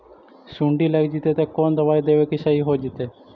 सुंडी लग जितै त कोन दबाइ देबै कि सही हो जितै?